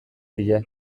die